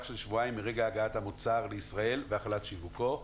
של שבועיים מרגע הגעת המוצר לישראל והחלת שיווקו.